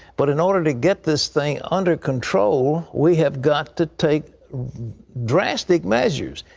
but in order to get this thing under control, we have got to take drastic measures,